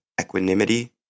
equanimity